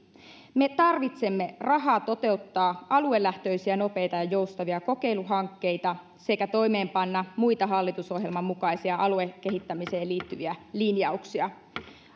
me tarvitsemme rahaa toteuttaa aluelähtöisiä nopeita ja joustavia kokeiluhankkeita sekä toimeenpanna muita hallitusohjelman mukaisia aluekehittämiseen liittyviä linjauksia